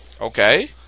Okay